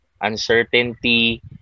uncertainty